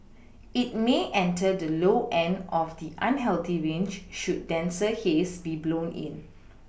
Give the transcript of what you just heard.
it may enter the low end of the unhealthy range should denser haze be blown in